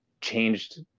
changed